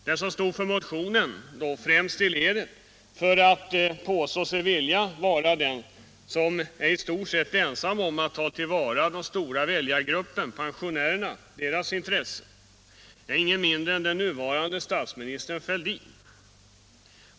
Den som stod för motionen, främst i ledet, för att påstå sig vilja vara den som var i stort sett ensam om att ta till vara den stora väljargruppens — pensionärernas — intressen var ingen mindre än den nuvarande statsministern Fälldin.